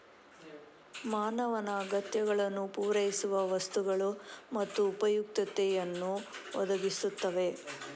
ಮಾನವನ ಅಗತ್ಯಗಳನ್ನು ಪೂರೈಸುವ ವಸ್ತುಗಳು ಮತ್ತು ಉಪಯುಕ್ತತೆಯನ್ನು ಒದಗಿಸುತ್ತವೆ